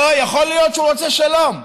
לא יכול להיות שהוא רוצה שלום,